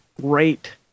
great